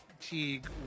Teague